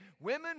Women